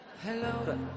Hello